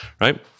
Right